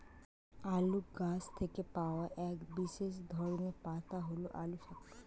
আলু গাছ থেকে পাওয়া এক বিশেষ ধরনের পাতা হল আলু শাক